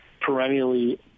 perennially –